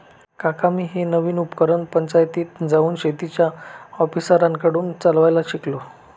काका मी हे नवीन उपकरण पंचायतीत जाऊन शेतीच्या ऑफिसरांकडून चालवायला शिकलो